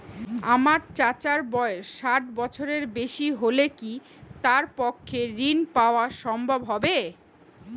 আমার চাচার বয়স ষাট বছরের বেশি হলে কি তার পক্ষে ঋণ পাওয়া সম্ভব হবে?